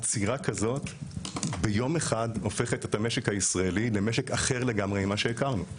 עצירה כזאת ביום אחד הופכת את המשק הישראלי למשק אחר לגמרי ממה שהכרנו.